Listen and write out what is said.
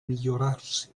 migliorarsi